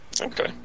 Okay